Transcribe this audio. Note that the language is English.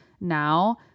now